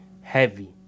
heavy